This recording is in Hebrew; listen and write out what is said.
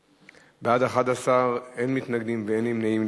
בעד, 11, אין מתנגדים ואין נמנעים.